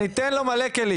אני אתן לך מלא כלים.